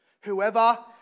Whoever